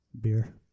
Beer